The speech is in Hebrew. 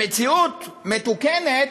במציאות מתוקנת